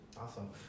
Awesome